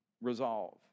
resolve